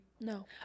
No